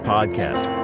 Podcast